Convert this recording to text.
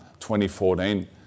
2014